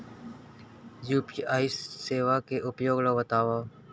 UPI सेवा के उपयोग ल बतावव?